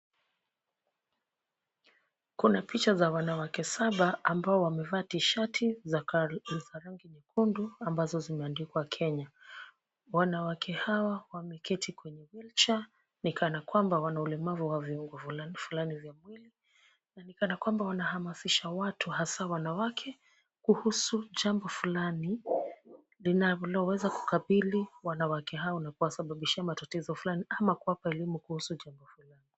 Kuna picha za wanawake saba ambao wamevaa tishati za rangi nyekundu ambazo zimeandikwa Kenya. Wanawake hawa wameketi kwenye wheelchair ni kana kwamba wana ulemavu wa viungo fulani fulani vya mwili. Na ni kana kwamba wanahamasisha watu hasa wanawake, kuhusu jambo fulani linaloweza kukabili wanawake hawa na kuwasababishia matatizo fulani ama kuwapa elimu kuhusu jambo fulani.